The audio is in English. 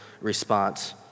response